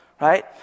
right